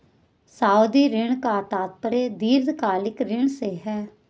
सावधि ऋण का तात्पर्य दीर्घकालिक ऋण से है